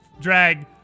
drag